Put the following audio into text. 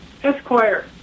Esquire